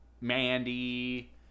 mandy